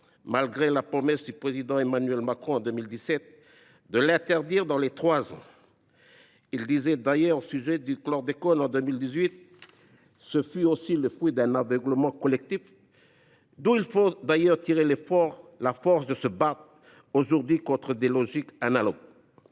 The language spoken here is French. malgré la promesse du président Emmanuel Macron en 2017 de l’interdire dans les trois ans. Celui ci disait d’ailleurs au sujet du chlordécone en 2018 :« Ce fut aussi le fruit d’un aveuglement collectif. D’où il faut d’ailleurs tirer la force de se battre aujourd’hui contre des logiques analogues. »